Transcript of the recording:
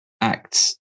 acts